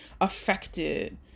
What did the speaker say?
affected